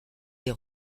des